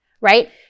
right